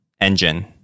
engine